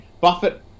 Buffett